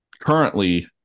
currently